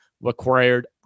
required